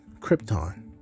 Krypton